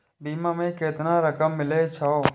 बीमा में केतना रकम मिले छै?